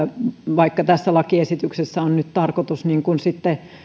vaikka tässä lakiesityksessä on nyt tarkoitus sitten